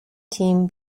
team